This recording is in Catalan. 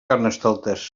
carnestoltes